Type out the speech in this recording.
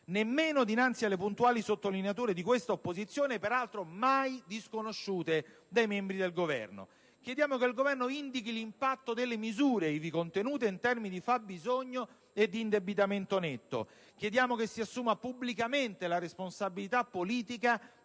nemmeno dinanzi alle puntuali sottolineature di questa opposizione, peraltro mai disconosciute dai membri stessi del Governo. Chiediamo che il Governo indichi l'impatto delle misure ivi contenute in termini di fabbisogno e di indebitamento netto e che si assuma pubblicamente la responsabilità politica